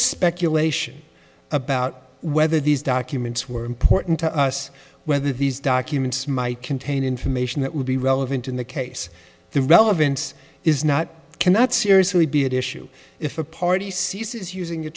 speculation about whether these documents were important to us whether these documents might contain information that would be relevant in the case the relevance is not cannot seriously be an issue if a party ceases using a